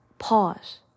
Pause